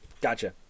Gotcha